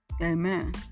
Amen